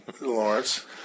lawrence